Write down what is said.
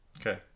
Okay